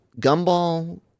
gumball